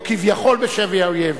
או כביכול בשבי האויב,